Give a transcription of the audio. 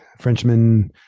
Frenchman